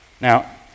Now